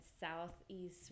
southeast